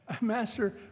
Master